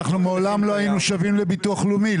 אנחנו מעולם לא היינו שווים לביטוח לאומי,